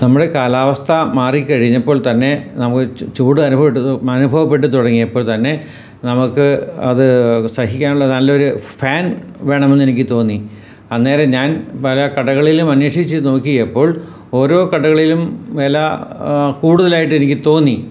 നമ്മുടെ കാലാവസ്ഥ മാറിക്കഴിഞ്ഞപ്പോൾ തന്നെ നമുക്ക് ചൂട് അനുഭവപ്പെട്ടത് അനുഭവപ്പെട്ട് തുടങ്ങിയപ്പോൾ തന്നെ നമുക്ക് അത് സഹിക്കാനുള്ള നല്ലൊരു ഫാൻ വേണമെന്നെനിക്ക് തോന്നി അങ്ങനെ ഞാൻ പല കടകളിലും അന്വേഷിച്ച് നോക്കിയപ്പോൾ ഓരോ കടകളിലും വില കൂടുതലായിട്ടെനിക്ക് തോന്നി